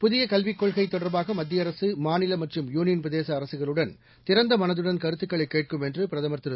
புதிய கல்விக் கொள்கை தொடர்பாக மத்திய அரக மாநில மற்றும் யூனியன் பிரதேச அரகுகளுடன் திறந்த மனதுடன் கருத்துக்களை கேட்கும் என்று பிரதமர் திரு